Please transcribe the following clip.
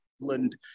England